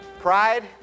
pride